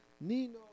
nino